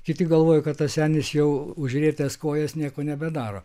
kiti galvoja kad tas senis jau užrietęs kojas nieko nebedaro